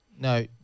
no